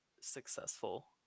successful